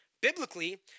Biblically